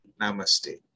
Namaste